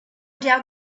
down